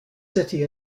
city